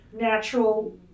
natural